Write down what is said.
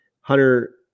Hunter